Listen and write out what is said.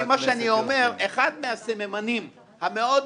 מה שאני אומר הוא שאחד הסממנים המאוד-מאוד